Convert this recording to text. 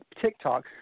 TikTok